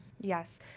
Yes